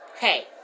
hey